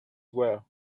well